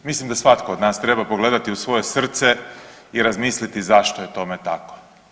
Mislim da svatko od nas treba pogledati u svoje srce i razmisliti zašto je tome tako.